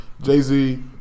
Jay-Z